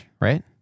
right